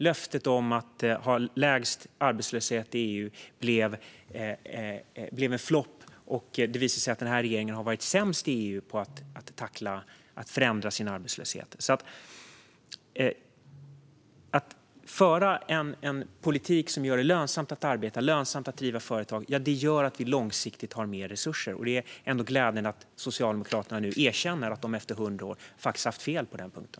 Löftet om lägsta arbetslöshet i EU blev en flopp, och det har visat sig att den här regeringen har varit sämst i EU på att förändra sin arbetslöshet. Att föra en politik som gör det lönsamt att arbeta eller driva företag gör att vi långsiktigt får mer resurser. Det är ändå glädjande att Socialdemokraterna nu erkänner att de efter 100 år faktiskt har haft fel på den punkten.